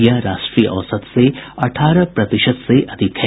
यह राष्ट्रीय औसत से अठारह प्रतिशत से अधिक है